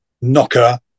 knocker